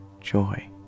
joy